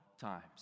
times